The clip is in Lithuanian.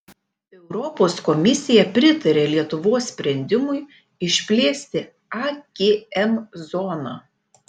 europos komisija pritarė lietuvos sprendimui išplėsti akm zoną